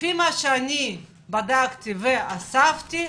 שלפי מה שאני בדקתי ואספתי,